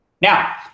Now